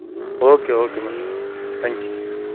okay okay madam thank you